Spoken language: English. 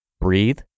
breathe